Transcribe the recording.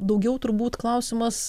daugiau turbūt klausimas